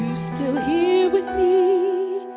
still here with me